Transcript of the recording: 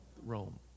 Rome